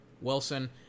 Wilson